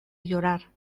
llorar